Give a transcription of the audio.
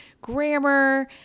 grammar